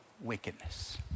wickedness